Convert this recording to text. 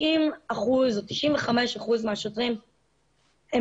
95 אחוזים מהשוטרים,